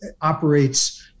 operates